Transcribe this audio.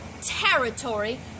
territory